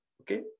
Okay